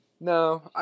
No